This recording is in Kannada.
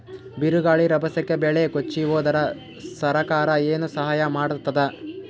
ಬಿರುಗಾಳಿ ರಭಸಕ್ಕೆ ಬೆಳೆ ಕೊಚ್ಚಿಹೋದರ ಸರಕಾರ ಏನು ಸಹಾಯ ಮಾಡತ್ತದ?